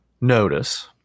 notice